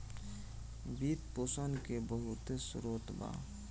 वित्त पोषण के बहुते स्रोत बा